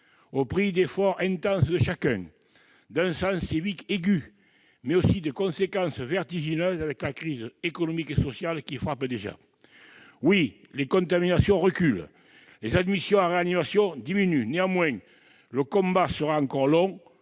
au prix d'efforts intenses de chacun, d'un sens civique aigu, mais aussi de conséquences vertigineuses- la crise économique et sociale frappe déjà. Oui, les contaminations reculent, les admissions en réanimation diminuent. Néanmoins, le combat sera encore long.